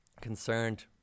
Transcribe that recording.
Concerned